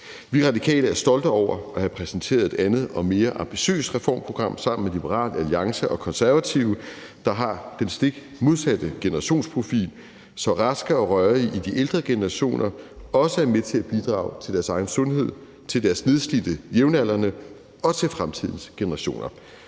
og Konservative at have præsenteret et andet og mere ambitiøst reformprogram, der har den stik modsatte generationsprofil, så raske og rørige i de ældre generationer også er med til at bidrage til deres egen sundhed til deres nedslidte jævnaldrende og til fremtidens generationer.